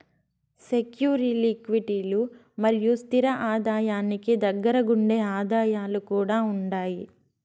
సెక్యూరీల్ల క్విటీలు మరియు స్తిర ఆదాయానికి దగ్గరగుండే ఆదాయాలు కూడా ఉండాయి